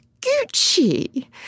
Gucci